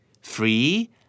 free